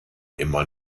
immer